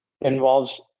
involves